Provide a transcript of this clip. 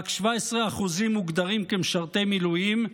רק 17% מוגדרים כמשרתי מילואים,